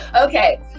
Okay